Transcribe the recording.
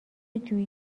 جویی